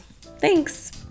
Thanks